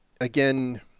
again